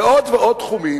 ועוד ועוד תחומים.